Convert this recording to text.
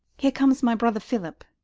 here comes my brother phillip.